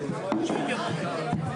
את זה אני באמת אומרת לך.